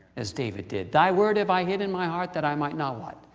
as david did. thy word have i hid in my heart that i might not, what.